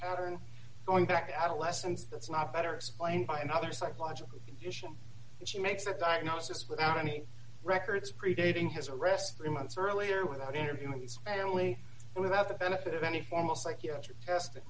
pattern going back to adolescence that's not better explained by another psychological condition and she makes a diagnosis without any records predating his arrest three months earlier without interviewees family without the benefit of any formal psychiatric testing